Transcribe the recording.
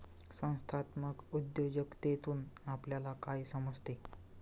संस्थात्मक उद्योजकतेतून आपल्याला काय समजते?